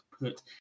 put